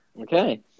Okay